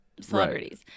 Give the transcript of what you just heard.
celebrities